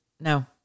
no